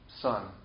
son